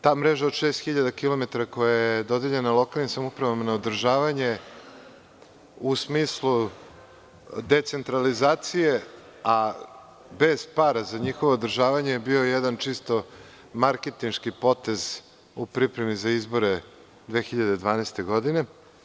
Ta mreža od 6000 km koja je dodeljena lokalnim samoupravama na održavanje u smislu decentralizacije, a bez para za njihovo održavanje, je bio jedan čisto marketinški potez u pripremi za izbore 2012. godine.